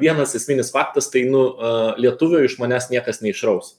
vienas esminis faktas tai nu a lietuvio iš manęs niekas neišraus